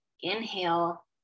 inhale